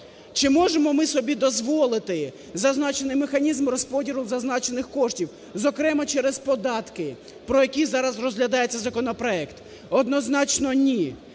Чи можемо ми собі дозволити зазначений механізм розподілу зазначених коштів, зокрема через податки, про які зараз розглядається законопроект? Однозначно, ні.